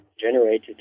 generated